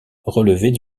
relevait